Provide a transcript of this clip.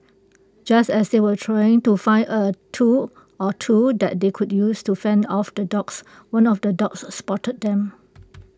just as they were trying to find A tool or two that they could use to fend off the dogs one of the dogs are spotted them